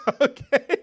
Okay